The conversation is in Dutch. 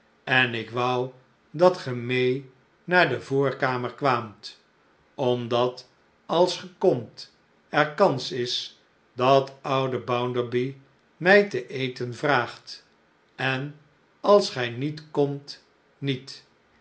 en ik wou dat ge mee naar de voorkamer kwaamt omdat als ge komt er kans is dat oude bounderby mij te eten vraagt en als gij niet komt niet